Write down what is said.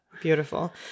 beautiful